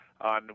on